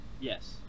Yes